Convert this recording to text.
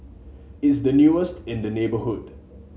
it's the newest in the neighbourhood